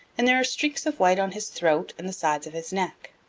and there are streaks of white on his throat and the sides of his neck.